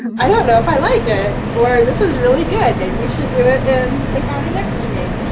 i don't know if i like ah it. or, this is really good. maybe we should do it in the county next to me.